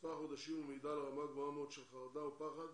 מספר חודשים ומעידה על רמה גבוהה מאוד של חרדה ופחד